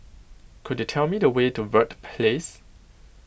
could you tell me the way to Verde Place